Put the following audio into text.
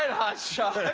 and hot shot.